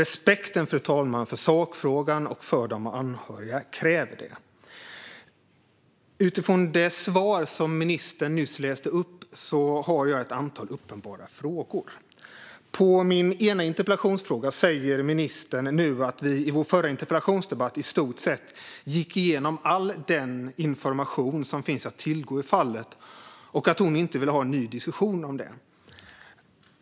Respekten, fru talman, för sakfrågan och för de anhöriga kräver det. Utifrån det svar som ministern nyss läste upp har jag ett antal uppenbara frågor. På min ena interpellationsfråga svarar ministern nu att vi i vår förra interpellationsdebatt i stort sett gick igenom all den information som finns att tillgå i fallet och att hon inte vill ha en ny diskussion om det.